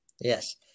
Yes